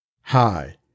Hi